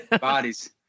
Bodies